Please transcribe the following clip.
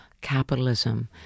capitalism